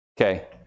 Okay